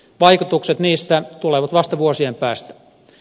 vaikutukset niistä tulevat vasta vuosien päästä